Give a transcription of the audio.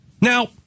Now